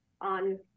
on